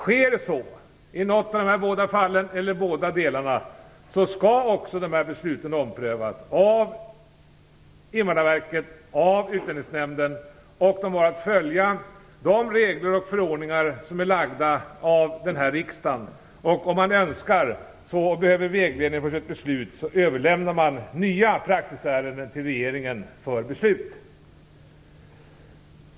Sker något av detta eller båda delarna, skall också dessa beslut omprövas av Invandrarverket och Utlänningsnämnden. De har att följa de regler och förordningar som fastlagts av denna riksdag. Om man så önskar och behöver vägledning för sitt beslut överlämnar man nya praxisärenden till regeringen för beslut.